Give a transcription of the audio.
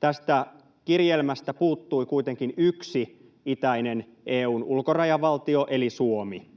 Tästä kirjelmästä puuttui kuitenkin yksi itäinen EU:n ulkorajavaltio, eli Suomi.